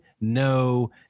No